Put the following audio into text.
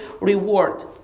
reward